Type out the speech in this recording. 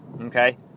Okay